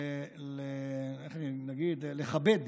לכבד